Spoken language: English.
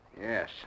Yes